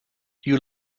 you